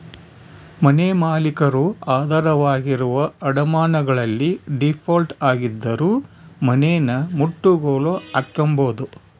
ಮನೆಮಾಲೀಕರು ಆಧಾರವಾಗಿರುವ ಅಡಮಾನಗಳಲ್ಲಿ ಡೀಫಾಲ್ಟ್ ಆಗಿದ್ದರೂ ಮನೆನಮುಟ್ಟುಗೋಲು ಹಾಕ್ಕೆಂಬೋದು